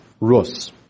Rus